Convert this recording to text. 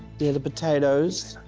yeah, the potatoes.